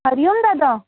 Hari Om Dada